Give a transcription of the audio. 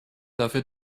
dafür